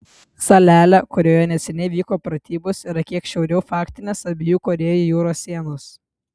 salelė kurioje neseniai vyko pratybos yra kiek šiauriau faktinės abiejų korėjų jūros sienos